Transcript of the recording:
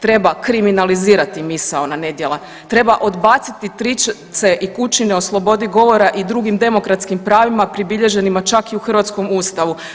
Treba kriminalizirati misaona nedjela, treba odbaciti trice i kučine o slobodi govora i drugim demokratskim pravima pribilježenima čak i u hrvatskom Ustavu.